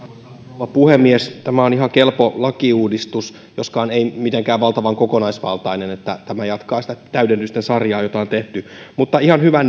rouva puhemies tämä on ihan kelpo lakiuudistus joskaan ei mitenkään valtavan kokonaisvaltainen tämä jatkaa sitä täydennysten sarjaa jota on tehty mutta ihan hyvä